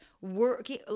working